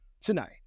tonight